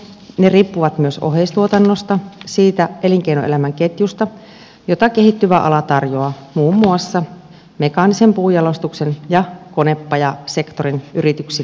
ne riippuvat myös oheistuotannosta siitä elinkeinoelämän ketjusta jota kehittyvä ala tarjoaa muun muassa mekaanisen puunjalostuksen ja konepajasektorin yrityksille